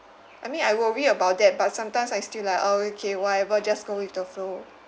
I mean I worry about that but sometimes I still like oh okay whatever just go with the flow